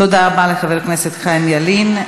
תודה רבה לחבר הכנסת חיים ילין.